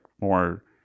more